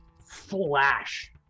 flash